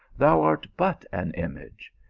thou art but an image.